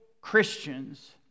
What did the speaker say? Christians